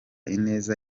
ineza